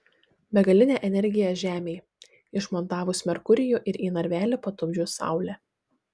begalinė energija žemei išmontavus merkurijų ir į narvelį patupdžius saulę